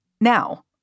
Now